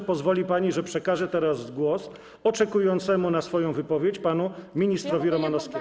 to pozwoli pani, że przekażę teraz głos oczekującemu na swoją wypowiedź panu ministrowi Romanowskiemu.